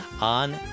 on